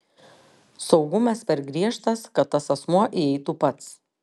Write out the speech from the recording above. saugumas per griežtas kad tas asmuo įeitų pats